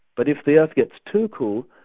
but if the earth gets too cool,